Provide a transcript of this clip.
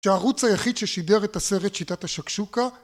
שהערוץ היחיד ששידר את הסרט שיטת השקשוקה